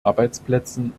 arbeitsplätzen